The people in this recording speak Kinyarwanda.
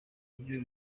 nibyo